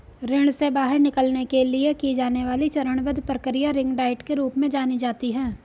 ऋण से बाहर निकलने के लिए की जाने वाली चरणबद्ध प्रक्रिया रिंग डाइट के रूप में जानी जाती है